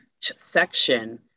section